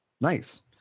Nice